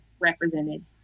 represented